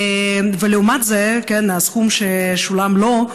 ולעומת זאת, הסכום ששולם לו,